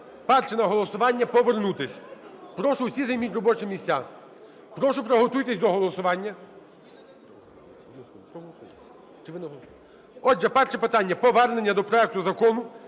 перше на голосування – повернутися. Прошу, всі займіть робочі місця. Прошу, приготуйтесь до голосування. Отже, перше питання – повернення до проекту Закону